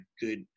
good